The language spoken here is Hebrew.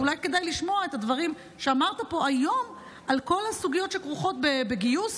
ואולי כדאי לשמוע את הדברים שאמרת פה היום על כל הסוגיות שכרוכות בגיוס,